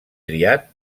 triat